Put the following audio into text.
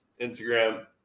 Instagram